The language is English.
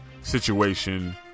situation